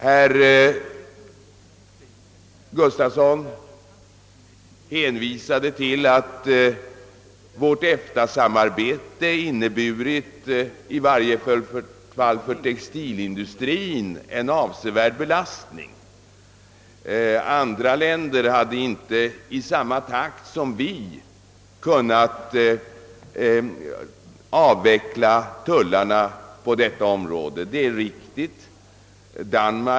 Herr Gustafsson hänvisade till att vårt EFTA-samarbete inneburit, i varje fall för textilindustrien, en avsevärd belastning. Andra länder hade inte i samma takt som vi kunnat avveckla tullarna på detta område. Det är riktigt.